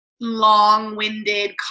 long-winded